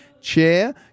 Chair